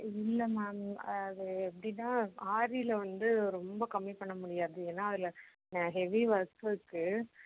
இல்லை மேம் அது எப்படின்னா ஆரியில் வந்து ரொம்ப கம்மி பண்ண முடியாது ஏன்னா அதில் ஹெவி ஒர்க் இருக்குது